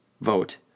vote